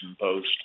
post